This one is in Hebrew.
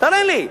תראה לי.